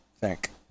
Thank